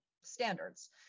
standards